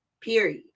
period